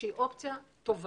שהיא אופציה טובה,